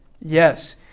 Yes